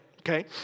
okay